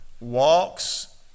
walks